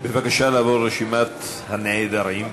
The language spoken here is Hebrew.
בבקשה לעבור לרשימת הנעדרים.